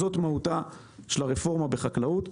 זו מהותה של הרפורמה בחקלאות.